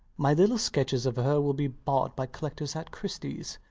my little sketches of her will be bought by collectors at christie's.